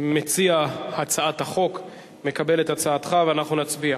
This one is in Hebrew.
מציע הצעת החוק, מקבל את הצעתך, ואנחנו נצביע.